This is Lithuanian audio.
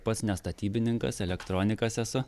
pats ne statybininkas elektronikas esu